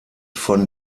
von